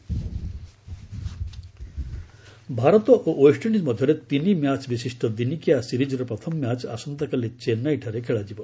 cricket Bharat ଓ West Indies ମଧ୍ୟରେ ତିନି ମ୍ୟାଚ୍ ବିଶିଷ୍ଟ ଦିନିକିଆ ସିରିଜ୍ର ପ୍ରଥମ ମ୍ୟାଚ୍ ଆସନ୍ତାକାଲି ଚେନ୍ନାଇଠାରେ ଖେଳାଯିବ